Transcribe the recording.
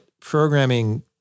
programming